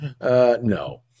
No